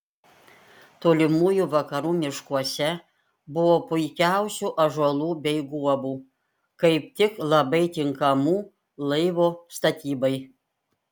tolimųjų vakarų miškuose buvo puikiausių ąžuolų bei guobų kaip tik labai tinkamų laivo statybai